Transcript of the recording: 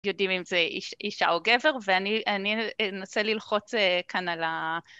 יודעים אם זה אישה או גבר, ואני אנסה ללחוץ כאן על ה...